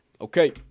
Okay